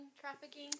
trafficking